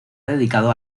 dedicado